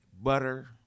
butter